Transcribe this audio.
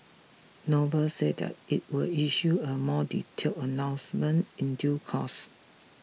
noble said that it will issue a more detailed announcement in due course